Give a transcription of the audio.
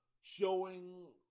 showing